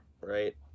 right